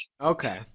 Okay